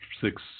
six